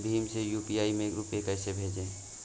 भीम से यू.पी.आई में रूपए कैसे भेजें?